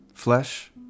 Flesh